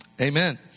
Amen